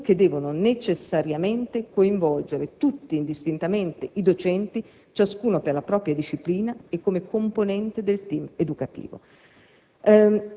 funzioni che devono necessariamente coinvolgere indistintamente tutti i docenti, ciascuno per la propria disciplina e come componente del *team* educativo.